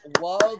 love